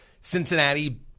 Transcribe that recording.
Cincinnati